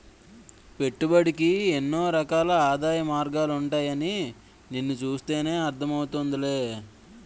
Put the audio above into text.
పెట్టుబడికి ఎన్నో రకాల ఆదాయ మార్గాలుంటాయని నిన్ను చూస్తేనే అర్థం అవుతోందిలే